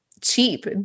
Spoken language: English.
cheap